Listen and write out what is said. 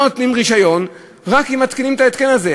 לא נותנים רישיון, אלא אם מתקינים את ההתקן הזה.